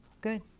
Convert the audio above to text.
good